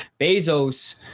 Bezos